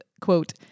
quote